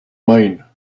mine